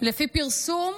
לפי הפרסום,